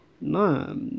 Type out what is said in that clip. No